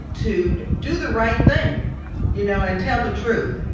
to do the right thing you know and tell the truth.